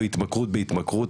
או התמכרות בהתמכרות,